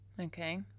Okay